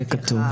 זה כתוחב.